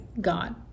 god